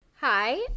Hi